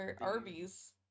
Arby's